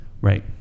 right